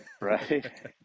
Right